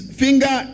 finger